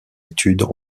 études